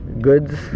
goods